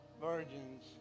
virgins